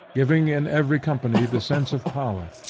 giving in every company the sense of power,